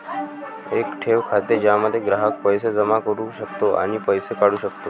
एक ठेव खाते ज्यामध्ये ग्राहक पैसे जमा करू शकतो आणि पैसे काढू शकतो